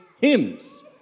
hymns